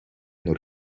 non